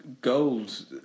Gold